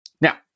Now